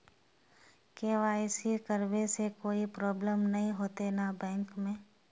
KYC करबे से कोई प्रॉब्लम नय होते न बैंक में?